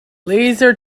laser